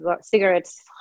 cigarettes